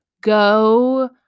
go